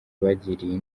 bagiriye